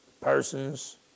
persons